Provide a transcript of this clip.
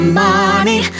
money